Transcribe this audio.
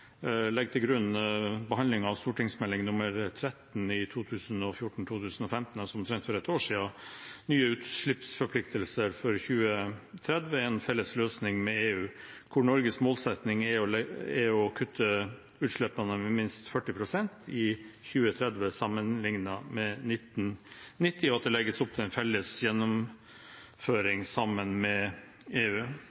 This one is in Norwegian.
til grunn behandlingen av Meld. St. 13 for 2014–2015, altså omtrent for et år siden, Ny utslippsforpliktelse for 2030 – en felles løsning med EU, der Norges målsetting er å kutte utslippene med minst 40 pst. i 2030, sammenlignet med 1990, og at det legges opp til en felles